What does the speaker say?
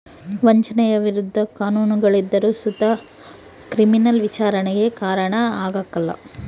ವಂಚನೆಯ ವಿರುದ್ಧ ಕಾನೂನುಗಳಿದ್ದರು ಸುತ ಕ್ರಿಮಿನಲ್ ವಿಚಾರಣೆಗೆ ಕಾರಣ ಆಗ್ಕಲ